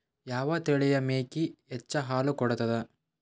ಯಾವ ತಳಿಯ ಮೇಕಿ ಹೆಚ್ಚ ಹಾಲು ಕೊಡತದ?